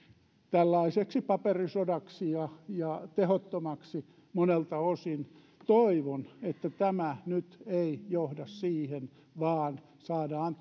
tällaiseksi paperisodaksi ja ja tehottomaksi monelta osin toivon että tämä nyt ei johda siihen vaan saadaan